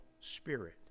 spirit